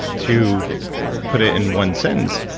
to put it in one sentence,